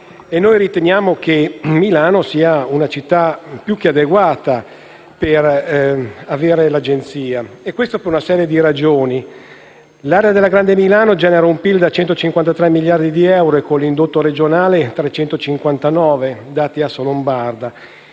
Noi riteniamo che Milano sia una città più che adeguata per accogliere l'Agenzia per una serie di ragioni: l'area della grande Milano genera un PIL da 153 miliardi di euro e, con l'indotto regionale, 359 miliardi